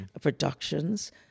productions